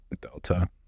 Delta